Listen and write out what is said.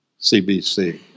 CBC